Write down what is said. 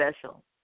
special